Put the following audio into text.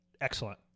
Excellent